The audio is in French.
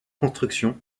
construction